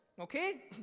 okay